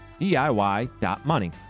DIY.money